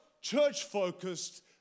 church-focused